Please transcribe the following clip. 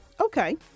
Okay